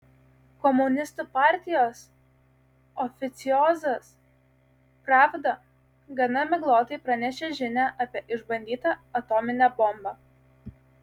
komunistų partijos oficiozas pravda gana miglotai pranešė žinią apie išbandytą atominę bombą